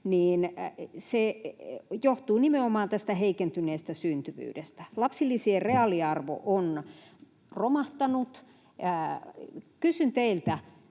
johtuu nimenomaan tästä heikentyneestä syntyvyydestä. Lapsilisien reaaliarvo on romahtanut. Kysyn teiltä: